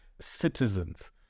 citizens